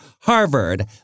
Harvard